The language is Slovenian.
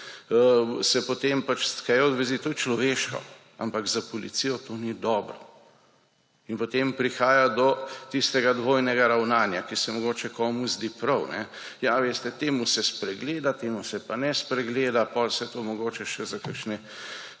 se potem pač stkejo vezi. To je človeško, ampak za policijo to ni dobro. In potem prihaja do tistega dvojnega ravnanja, ki se mogoče komu zdi prav − ja, veste, temu se spregleda, temu se pa ne spregled, potem se to mogoče še za kakšne